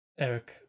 Eric